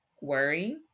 worry